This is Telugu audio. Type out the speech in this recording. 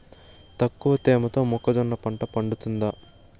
తక్కువ తేమతో మొక్కజొన్న పంట పండుతుందా?